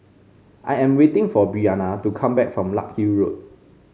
I am waiting for Breana to come back from Larkhill Road